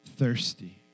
thirsty